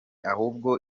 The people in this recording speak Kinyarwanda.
ahubwo